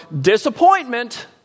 disappointment